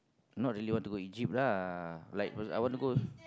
not really want to go Egypt lah like because I want to go